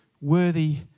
worthy